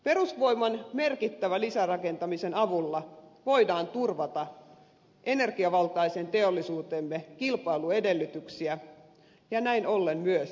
perusvoiman merkittävän lisärakentamisen avulla voidaan turvata energiavaltaisen teollisuutemme kilpailuedellytyksiä ja näin ollen myös työllistämismahdollisuuksia